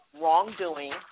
wrongdoing